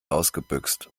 ausgebüxt